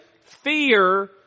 fear